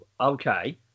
Okay